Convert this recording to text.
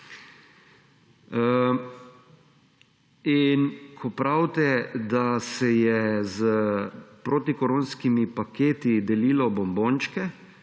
Ko pravite, da se je s protikoronskimi paketi delilo bombončke.